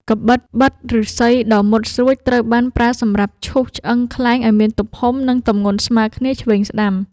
កាំបិតបិតឫស្សីដ៏មុតស្រួច ត្រូវបានប្រើសម្រាប់ឈូសឆ្អឹងខ្លែងឱ្យមានទំហំ និងទម្ងន់ស្មើគ្នាឆ្វេងស្ដាំ។